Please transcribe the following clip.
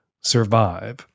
survive